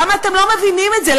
למה אתם לא מבינים את זה?